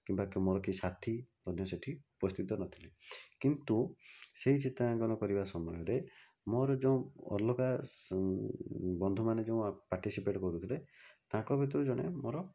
କିମ୍ବା ମୋର କେହି ସାଥୀ ମଧ୍ୟ ସେଇଠି ଉପସ୍ଥିତ ନଥିଲେ କିନ୍ତୁ ସେହି ଚିତ୍ରାଙ୍କନ କରିବା ସମୟରେ ମୋର ଯେଉଁ ଅଲଗା ବନ୍ଧୁମାନେ ଯେଉଁ ପାର୍ଟିସିପେଟ୍ କରୁଥିଲେ ତାଙ୍କ ଭିତରୁ ଜଣେ ମୋର